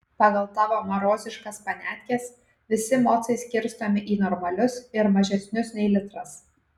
pagal tavo maroziškas paniatkes visi mocai skirstomi į normalius ir mažesnius nei litras